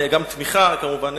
גם תמיכה כמובן,